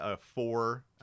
four